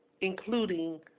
including